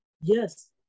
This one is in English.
Yes